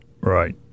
Right